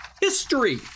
history